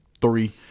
three